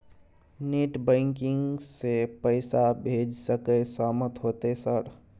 Net banking से पैसा भेज सके सामत होते सर?